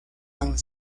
han